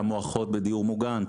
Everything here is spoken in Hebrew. שמו אחות בדיור מוגן.